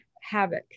havoc